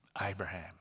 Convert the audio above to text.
Abraham